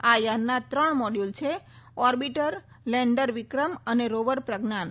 આ યાનના ત્રણ મોડચુલ છે ઓર્બિટર લેન્ડર વિક્રમ અને રોવર પ્રજ્ઞાન